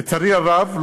לצערי הרב,